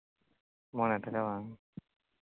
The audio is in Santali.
ᱢᱚᱬᱮ ᱴᱟᱠᱟ ᱵᱟᱝ